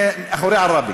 סח'נין אחרי עראבה.